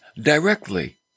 directly